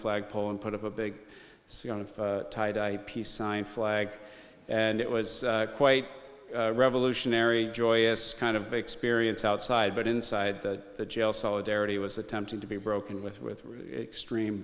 flag pole and put up a big c on a peace sign flag and it was quite revolutionary joyous kind of experience outside but inside that jail solidarity was attempted to be broken with with extreme